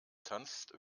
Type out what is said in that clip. tanzt